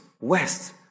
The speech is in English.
west